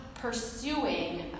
pursuing